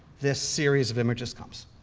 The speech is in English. this series of images comes.